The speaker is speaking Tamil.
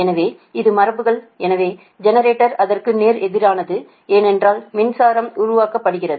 எனவே இது மரபுகள் எனவே ஜெனரேட்டர் அதற்கு நேர் எதிரானது ஏனென்றால் மின்சாரம் உருவாக்கப்படுகிறது